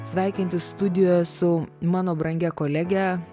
sveikintis studijoje su mano brangia kolege